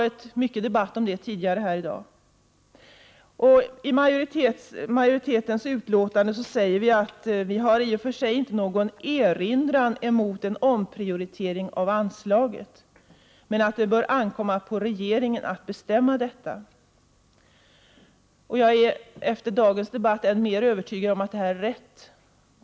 I utskottsmajoritetens skrivning säger vi att vi i och för sig inte har någon erinran mot en omprioritering av anslaget, men att det bör ankomma på regeringen att bestämma därom. Jag är efter dagens debatt ännu mer övertygad om att detta är rätt.